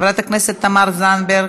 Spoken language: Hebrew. חברת הכנסת תמר זנדברג,